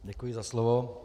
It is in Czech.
Děkuji za slovo.